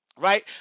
Right